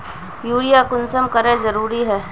Urea कुंसम करे जरूरी छै?